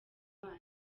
banyu